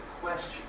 question